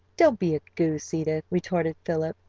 don't be a goose, edith, retorted philip,